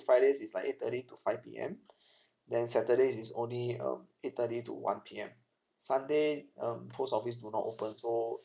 friday is like eight thirty to five P_M then saturday is only um eight thirty to one P_M sunday um post office do not open so